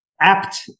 apt